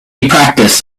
practice